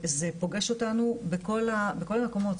זה פוגש אותנו בכל המקומות.